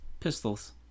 Pistols